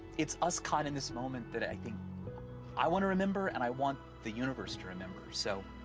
it's us caught in this moment that i think i want to remember, and i want the universe to remember. so.